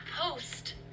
post